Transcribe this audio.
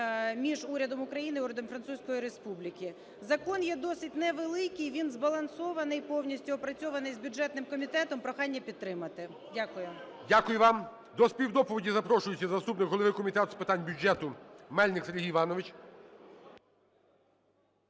між Урядом України і Урядом Французької Республіки. Закон є досить невеликий, він збалансований повністю, опрацьований з бюджетним комітетом. Прохання підтримати. Дякую. ГОЛОВУЮЧИЙ. Дякую вам. До співдоповіді запрошується заступник голови Комітету з питань бюджету Мельник Сергій Іванович.